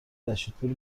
رشیدپور